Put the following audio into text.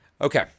Okay